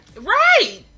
right